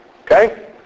Okay